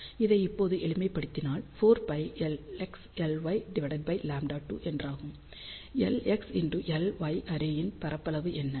இதை இப்போது எளிமைப்படுத்தினால் 4π Lx Ly λ2 என்றாகும் Lx Ly அரே யின் பரப்பளவு என்ன